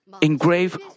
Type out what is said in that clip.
engrave